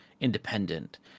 independent